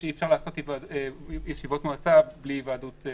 שאי אפשר לקיים ישיבות מועצה בלי היוועדות חזותית.